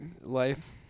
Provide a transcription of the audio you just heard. life